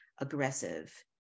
aggressive